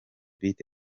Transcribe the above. beat